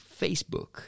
Facebook